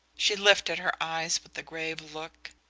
she lifted her eyes with a grave look.